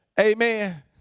Amen